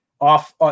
off